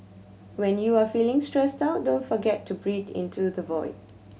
when you are feeling stressed out don't forget to breathe into the void